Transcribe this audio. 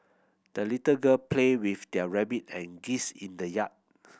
the little girl played with their rabbit and geese in the yard